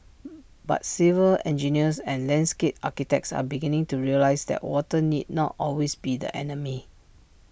but civil engineers and landscape architects are beginning to realise that water need not always be the enemy